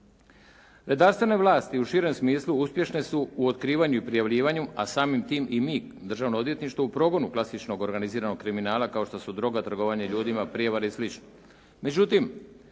Redarstvene vlasti u širem smislu uspješne su u otkrivanju i prijavljivanju a samim time i mi državno odvjetništvo u progonu klasičnog organiziranog kriminala, kao što su droga, trgovanje ljudima, prijevare i slično. Međutim,